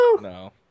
No